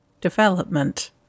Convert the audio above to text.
development